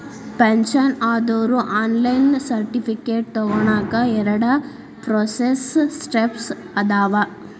pension ಆದೋರು online certificate ತೊಗೋನಕ ಎರಡ ಪ್ರೋಸೆಸ್ ಸ್ಟೆಪ್ಸ್ ಅದಾವ